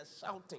shouting